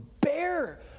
bear